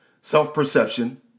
self-perception